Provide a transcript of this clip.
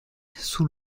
sous